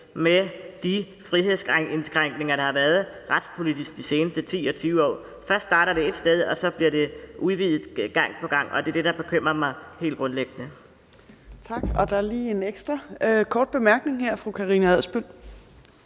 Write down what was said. med de frihedsindskrænkninger, der har været retspolitisk de seneste 10-20 år. Først starter det ét sted, og så bliver det udvidet gang på gang, og det er dét, der bekymrer mig helt grundlæggende. Kl. 17:57 Fjerde næstformand (Trine Torp): Tak. Der er lige en ekstra kort bemærkning her. Fru Karina Adsbøl.